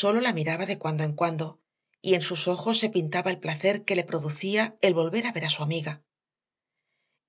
sólo la miraba de cuando en cuando y en sus ojos se pintaba el placer que le producía el volver a ver a su amiga